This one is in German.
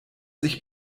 sich